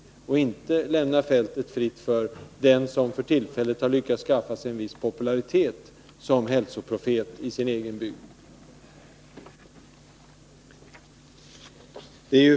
Vi skall inte lämna fältet fritt för den som för tillfället har lyckats skaffa sig en viss popularitet som hälsoprofet i sin egen bygd.